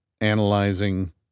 Analyzing